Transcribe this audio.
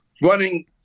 running